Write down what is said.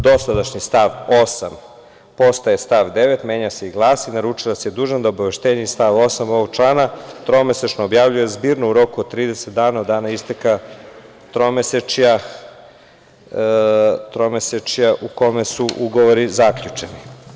Dosadašnji stav 8. postaje stav 9. menja se i glasi – naručilac je dužan da obaveštenje iz stava 8. ovog člana tromesečno objavljuje zbirno u roku od 30 dana od dana isteka tromesečja u kome su ugovori zaključeni.